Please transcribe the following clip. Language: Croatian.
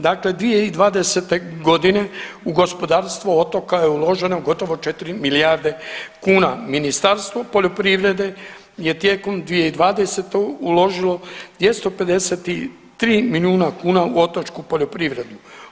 Dakle, 2020.g. u gospodarstvo otoka je uloženo gotovo 4 milijarde kuna, Ministarstvo poljoprivrede je tijekom 2020. uložilo 252 milijuna kuna u otočku poljoprivredu.